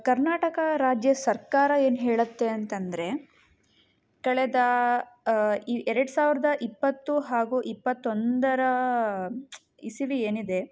ಕರ್ನಾಟಕ ರಾಜ್ಯ ಸರ್ಕಾರ ಏನು ಹೇಳುತ್ತೆ ಅಂತಂದರೆ ಕಳೆದ ಈ ಎರಡು ಸಾವಿರದ ಇಪ್ಪತ್ತು ಹಾಗೂ ಇಪ್ಪತ್ತೊಂದರ ಇಸವಿ ಏನಿದೆ